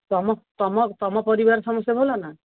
ତୁମ ତୁମ ତୁମ ପରିବାର ସମସ୍ତେ ଭଲ ନା